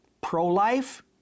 pro-life